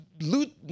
Loot